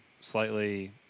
slightly